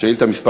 שאילתה מס'